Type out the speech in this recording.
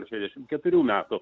šešiasdešim keturių metų